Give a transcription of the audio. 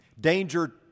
Danger